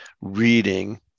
reading